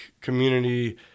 community